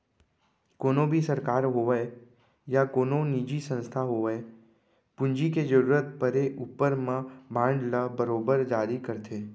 कोनों भी सरकार होवय या कोनो निजी संस्था होवय पूंजी के जरूरत परे ऊपर म बांड ल बरोबर जारी करथे